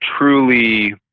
truly